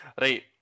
right